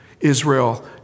Israel